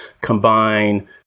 combine